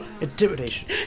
Intimidation